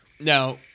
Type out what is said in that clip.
Now